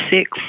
six